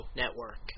network